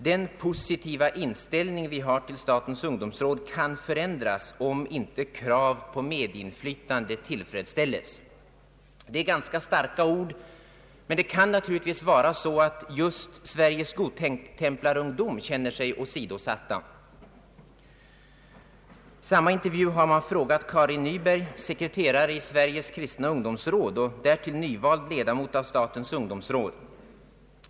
——— Den positiva inställning vi har till statens ungdomsråd kan förändras, om inte krav på medinflytande tillfredsställes.” Det är ganska starka ord, men det kan naturligtvis vara så att just Sveriges Godtemplarungdom känner sig åsidosatt. I samma intervju har man frågat Karin Nyberg, sekreterare i Sveriges Kristna ungdomsråd och därtill nyvald ledamot av statens ungdomsråd.